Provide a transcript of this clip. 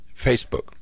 Facebook